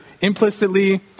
implicitly